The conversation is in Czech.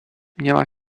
měla